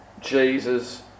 Jesus